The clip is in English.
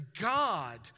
God